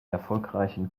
erfolgreichen